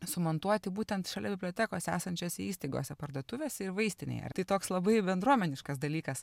sumontuoti būtent šalia bibliotekos esančiose įstaigose parduotuvėse ir vaistinėje ar tai toks labai bendruomeniškas dalykas